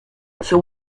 she